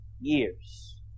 years